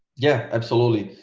yeah absolutely,